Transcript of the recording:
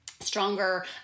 Stronger